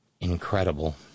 Incredible